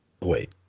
Wait